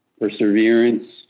perseverance